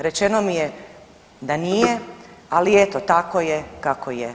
Rečeno mi je da nije, ali eto tako je kako je.